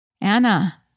Anna